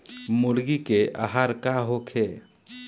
मुर्गी के आहार का होखे?